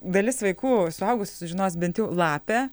dalis vaikų suaugusių sužinos bent jau lapę